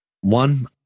one